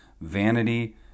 vanity